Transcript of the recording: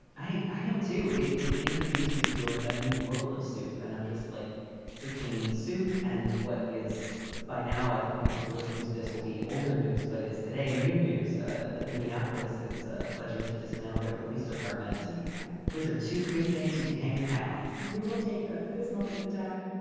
i i am too. it it introduced me to a new world of soup and i'm just like between soup and what is by now at the point, people listening to this will be older news. but is today new news that minneapolis is ah pledging to dismantle their police departments? amazing. those are two good things. you can hang your hat on and we will take them at this moment in time.